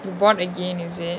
you bought again is it